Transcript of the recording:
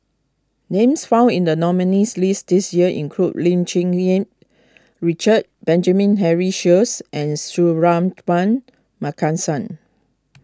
names found in the nominees' list this year include Lim Cherng Yih Richard Benjamin Henry Sheares and Suratman Markasan